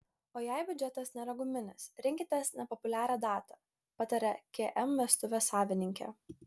o jei biudžetas nėra guminis rinkitės nepopuliarią datą pataria km vestuvės savininkė